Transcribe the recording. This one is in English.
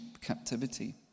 captivity